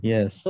Yes